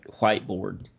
whiteboard